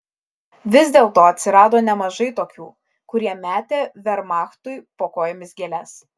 vis dėlto atsirado nemažai tokių kurie metė vermachtui po kojomis gėles